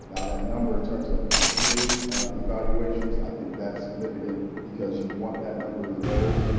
now, that number in terms of completed evaluations, i think that's significant because you want that number low,